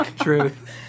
Truth